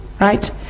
right